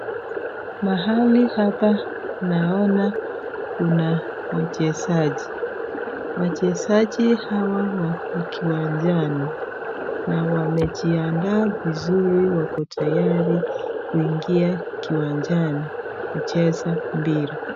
Mahali hapa naona kuna wachezaji. Wachezaji hawa wako kiwanjani na wamejiandaa vizuri wako tayari kuingia kiwanjani kucheza mpira.